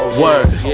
word